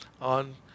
on